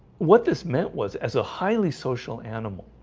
what this meant was as a highly social animal